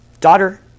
Daughter